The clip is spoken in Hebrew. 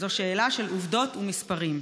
זו שאלה של עובדות ומספרים.